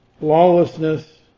lawlessness